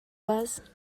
was